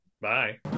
bye